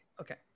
Okay